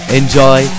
enjoy